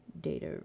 Data